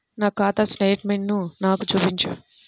నా ఖాతా స్టేట్మెంట్ను నాకు చూపించు